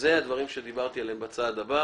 ואלה הדברים שדיברתי עליהם בצעד הבא.